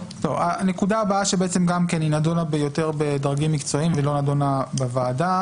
הנקודה הבאה שהיא גם נדונה יותר בדרגים מקצועיים ולא נדונה בוועדה,